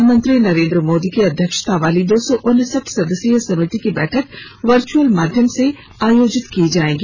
प्रधानमंत्री नरेन्द्र मोदी की अध्यक्षता वाली दो सौ उनसठ सदस्यीय समिति की बैठक वर्चअल माध्यम से आयोजित की जाएगी